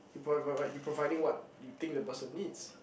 but but but you providing what you think the person needs